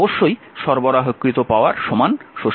অবশ্যই সরবরাহকৃত পাওয়ার শোষিত পাওয়ার হতে হবে